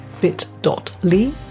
bit.ly